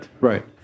Right